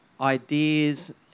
ideas